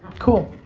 cool.